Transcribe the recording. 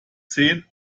zehn